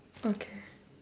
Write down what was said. okay